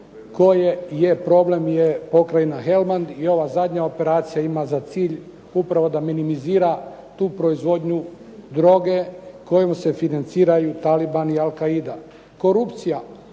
koje je problem je pokrajina Helmand i ova zadnja operacija ima za cilj upravo da minimizira tu proizvodnju droge kojom se financiraju talibani i Al-Qa'ida.